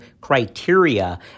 criteria